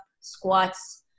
squats